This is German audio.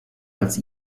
als